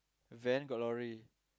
van got lorry